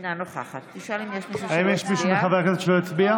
אינה נוכחת האם יש מישהו מחברי הכנסת שלא הצביע?